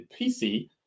PC